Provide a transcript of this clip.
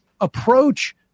approach